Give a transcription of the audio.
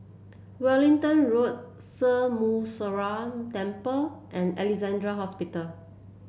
Wellington Road Sri Muneeswaran Temple and Alexandra Hospital